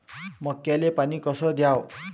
मक्याले पानी कस द्याव?